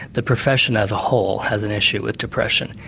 the profession as a whole has an issue with depression.